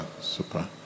Super